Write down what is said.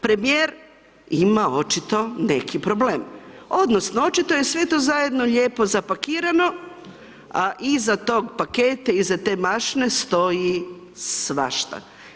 Premijer ima očito neki problem odnosno očito je sve to zajedno lijepo zapakirano, a iza tog paketa, iza te mašne stoji svašta.